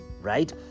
right